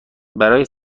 برایت